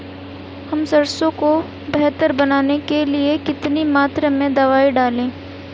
हम सरसों को बेहतर बनाने के लिए कितनी मात्रा में दवाई डालें?